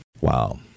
Wow